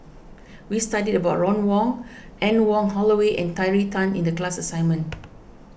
we studied about Ron Wong Anne Wong Holloway and Terry Tan in the class assignment